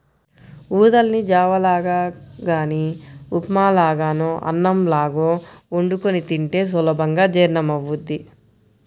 ఊదల్ని జావ లాగా గానీ ఉప్మా లాగానో అన్నంలాగో వండుకొని తింటే సులభంగా జీర్ణమవ్వుద్ది